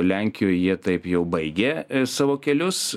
lenkijoj jie taip jau baigia savo kelius